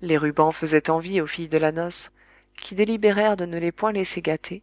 les rubans faisaient envie aux filles de la noce qui délibérèrent de ne les point laisser gâter